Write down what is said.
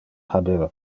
habeva